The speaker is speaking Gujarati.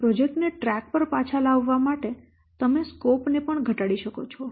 પ્રોજેક્ટ ને ટ્રેક પર પાછા લાવવા માટે તમે સ્કોપ ને પણ ઘટાડી શકો છો